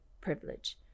privilege